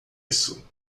isso